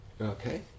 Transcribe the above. Okay